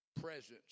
presence